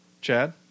Chad